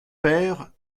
paires